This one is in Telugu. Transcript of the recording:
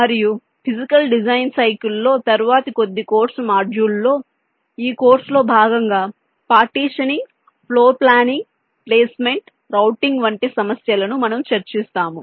మరియు ఫిజికల్ డిజైన్ సైకిల్ లో తరువాతి కొద్ది కోర్సు మాడ్యూళ్ళలో ఈ కోర్సులో భాగంగా partitioning floor planning placement routing వంటి సమస్యలను మనము చర్చిస్తాము